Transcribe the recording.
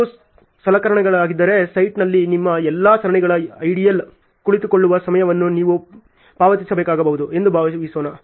ಇದು ಸಲಕರಣೆಗಳಾಗಿದ್ದರೆ ಸೈಟ್ನಲ್ಲಿ ನಿಮ್ಮ ಎಲ್ಲಾ ಸಲಕರಣೆಗಳ ಐಡಲ್ ಕುಳಿತುಕೊಳ್ಳುವ ಸಮಯವನ್ನು ನೀವು ಪಾವತಿಸಬೇಕಾಗಬಹುದು ಎಂದು ಭಾವಿಸೋಣ